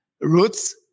Roots